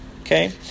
okay